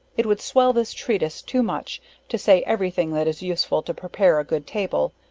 it would swell this treatise too much to say every thing that is useful, to prepare a good table,